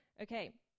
Okay